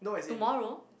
tomorrow